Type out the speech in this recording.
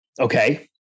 okay